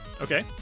Okay